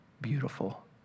beautiful